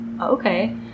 Okay